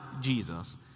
Jesus—